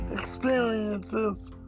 experiences